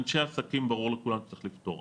אנשי עסקים, ברור לכולם, צריך לפתור.